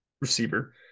receiver